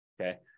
okay